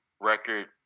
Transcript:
record